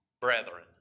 Brethren